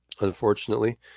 unfortunately